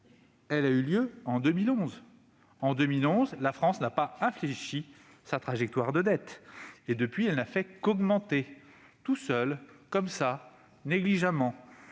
a eu lieu en 2011. En 2011, la France n'a pas infléchi sa trajectoire de dette. Depuis, elle n'a fait qu'augmenter toute seule, négligemment.